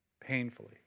painfully